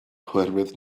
oherwydd